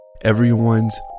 Everyone's